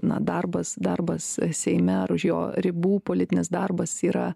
na darbas darbas seime ar už jo ribų politinis darbas yra